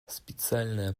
специальное